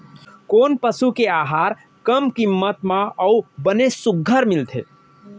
कोन पसु के आहार कम किम्मत म अऊ बने सुघ्घर मिलथे?